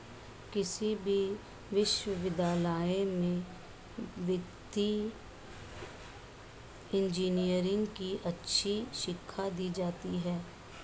किसी भी विश्वविद्यालय में वित्तीय इन्जीनियरिंग की अच्छी शिक्षा दी जाती है